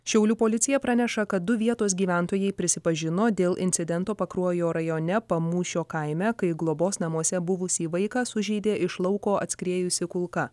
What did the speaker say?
šiaulių policija praneša kad du vietos gyventojai prisipažino dėl incidento pakruojo rajone pamūšio kaime kai globos namuose buvusį vaiką sužeidė iš lauko atskriejusi kulka